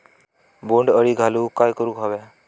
बोंड अळी घालवूक काय करू व्हया?